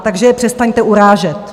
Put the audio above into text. Takže je přestaňte urážet!